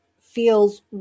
feels